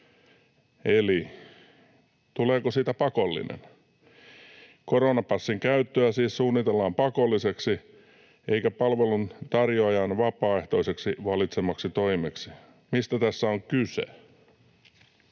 Eli tuleeko siitä pakollinen? Koronapassin käyttöä siis suunnitellaan pakolliseksi, eikä palvelun tarjoajan vapaaehtoisesti valitsemaksi toimeksi. Mistä tässä on kyse?